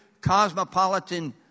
cosmopolitan